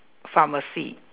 pharmacy